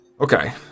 Okay